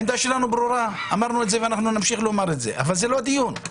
העמדה שלנו ברורה ואמרנו אותה ונמשיך לומר אותה אבל זה לא הדיון.